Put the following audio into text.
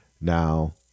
now